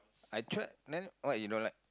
I tried then what you don't like